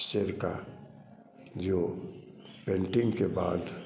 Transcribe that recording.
शेर का जो पेंटिंग के बाद